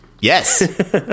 Yes